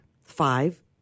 five